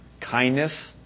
Kindness